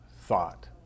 thought